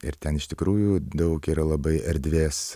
ir ten iš tikrųjų daug yra labai erdvės